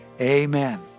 amen